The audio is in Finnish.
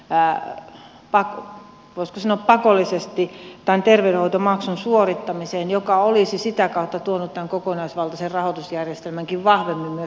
pää ammattikorkeakouluopiskelijat olisivat osallistuneet voisiko sanoa pakollisesti tämän terveydenhoitomaksun suorittamiseen mikä olisi sitä kautta tuonut tämän kokonaisvaltaisen rahoitusjärjestelmänkin vahvemmin myös tämän kokeilun piiriin